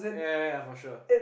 yeah yeah yeah yeah for sure